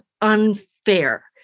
unfair